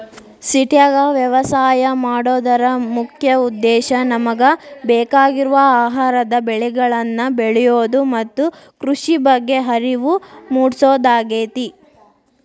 ಸಿಟ್ಯಾಗ ವ್ಯವಸಾಯ ಮಾಡೋದರ ಮುಖ್ಯ ಉದ್ದೇಶ ನಮಗ ಬೇಕಾಗಿರುವ ಆಹಾರದ ಬೆಳಿಗಳನ್ನ ಬೆಳಿಯೋದು ಮತ್ತ ಕೃಷಿ ಬಗ್ಗೆ ಅರಿವು ಮೂಡ್ಸೋದಾಗೇತಿ